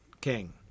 king